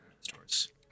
stores